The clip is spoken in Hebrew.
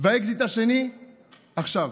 והאקזיט השני, עכשיו.